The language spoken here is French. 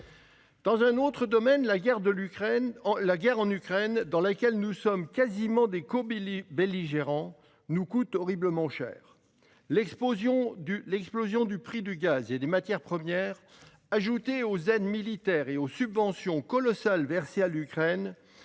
Dans un autre domaine, la guerre en Ukraine, dans laquelle nous sommes quasiment des cobelligérants, nous coûte horriblement cher. L'explosion du prix du gaz et des matières premières, ajoutée aux aides militaires et aux subventions colossales versées à l'Ukraine,